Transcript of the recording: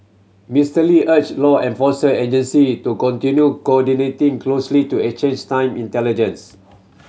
Mister Lee urged law enforcement agency to continue coordinating closely to exchange time intelligence